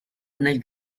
nel